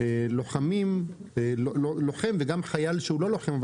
לוחם וגם חייל שהוא לא לוחם,